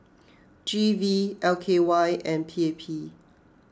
G V L K Y and P A P